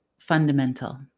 fundamental